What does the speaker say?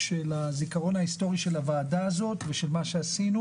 של הזיכרון ההיסטורי של הוועדה הזאת ושל מה שעשינו